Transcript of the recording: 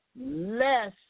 less